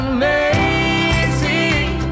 amazing